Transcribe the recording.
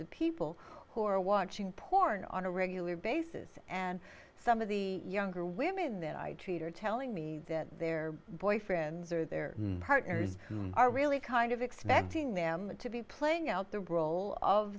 of people who are watching porn on a regular basis and some of the younger women that i treat are telling me that their boyfriends or their partners are really kind of expecting them to be playing out the role of